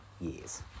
years